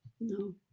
No